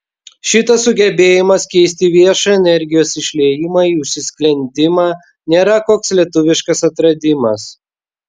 šitas sugebėjimas keisti viešą energijos išliejimą į užsisklendimą nėra koks lietuviškas atradimas